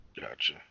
Gotcha